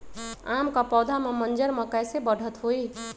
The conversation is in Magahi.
आम क पौधा म मजर म कैसे बढ़त होई?